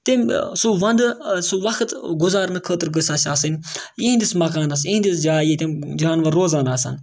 تٔمۍ سُہ وَنٛدٕ سُہ وقت گُزارنہٕ خٲطرٕ گٔژھ اَسہِ آسٕنۍ یِہِنٛدِس مکانَس یِہِنٛدِس جایہِ یہِ تِم جاناوَار روزان آسان